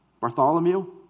Bartholomew